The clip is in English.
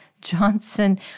Johnson